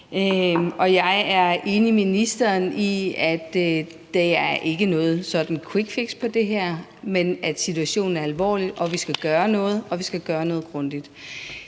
Jeg er enig med ministeren i, at der ikke er tale om sådan et quickfix på det her område, men at situationen er alvorlig og vi skal gøre noget, og